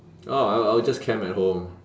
orh I'll I'll just camp at home